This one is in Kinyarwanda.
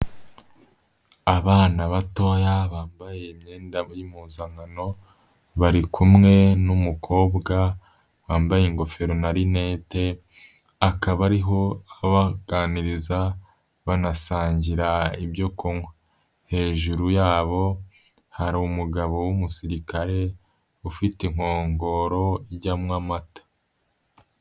Abana batoya, bambaye imyenda y'impuzankano, bari kumwe n'umukobwa wambaye ingofero na rinete, akaba ariho abaganiriza, banasangira ibyo kunywa, hejuru yabo, hari umugabo w'umusirikare, ufite inkongoro ijyamo amata.